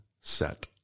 set